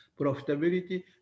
profitability